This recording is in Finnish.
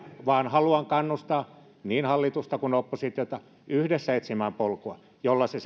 vaan haluan kannustaa niin hallitusta kuin oppositiota yhdessä etsimään polkua jolla se